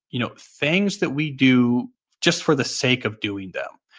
you know things that we do just for the sake of doing them.